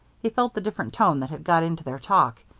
he felt the different tone that had got into their talk.